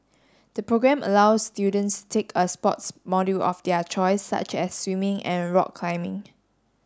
the programme allows students take a sports module of their choice such as swimming and rock climbing